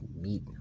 meet